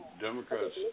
Democrats